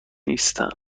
نیستن